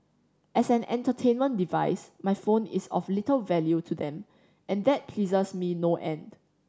as an entertainment device my phone is of little value to them and that pleases me no end